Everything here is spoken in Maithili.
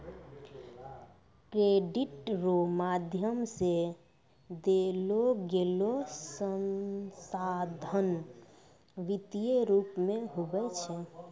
क्रेडिट रो माध्यम से देलोगेलो संसाधन वित्तीय रूप मे हुवै छै